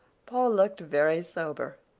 paul looked very sober.